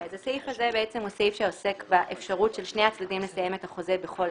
הסעיף הזה עוסק באפשרות של שני הצדדים לסיים את החוזה בכל